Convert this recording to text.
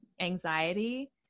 anxiety